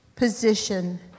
position